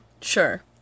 Sure